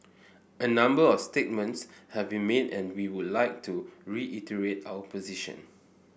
a number of statements have been made and we would like to reiterate our position